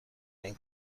این